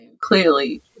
clearly